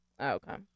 Okay